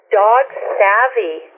dog-savvy